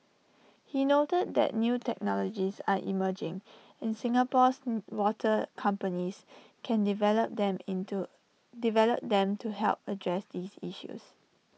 he noted that new technologies are emerging and Singapore's water companies can develop them into develop them to help address these issues